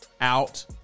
out